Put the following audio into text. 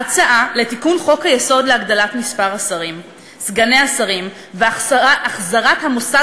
ההצעה לתיקון חוק-היסוד להגדלת מספר השרים וסגני השרים והחזרת המושג